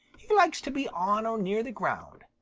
he likes to be on or near the ground.